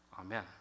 amen